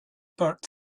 part